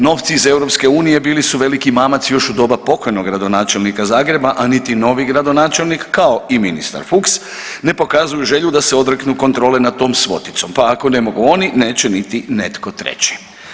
Novci iz EU bili su veliki mamac još u doba pokojnog gradonačelnika Zagreba, ali niti novi gradonačelnik, kao i ministar Fuchs ne pokazuju želju da se odreknu kontrole nad tom svoticom, pa ako ne mogu oni neće niti netko treći.